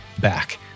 back